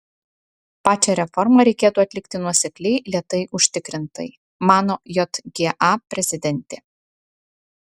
pačią reformą reikėtų atlikti nuosekliai lėtai užtikrintai mano jga prezidentė